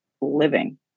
living